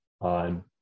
on